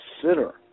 consider